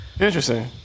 Interesting